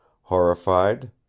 Horrified